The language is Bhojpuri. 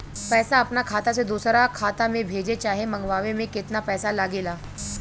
पैसा अपना खाता से दोसरा खाता मे भेजे चाहे मंगवावे में केतना पैसा लागेला?